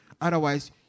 otherwise